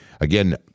again